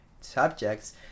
subjects